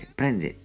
prende